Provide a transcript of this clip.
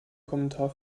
kommentar